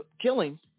killing